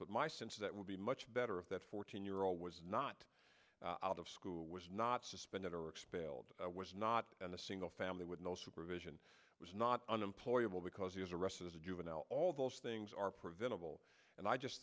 with my sense that would be much better if that fourteen year old was not out of school was not suspended or expelled was not in a single family with no supervision was not unemployable because he was arrested as a juvenile all those things are preventable and i just